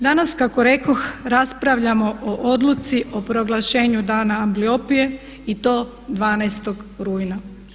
Danas kako rekoh raspravljamo o Odluci o proglašenju dana ambliopije i to 12. rujna.